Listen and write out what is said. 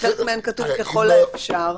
שבחלק מהן כתוב "ככל האפשר",